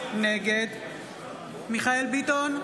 נגד מיכאל מרדכי ביטון,